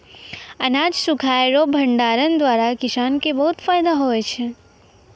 अनाज सुखाय रो भंडारण द्वारा किसान के बहुत फैदा हुवै छै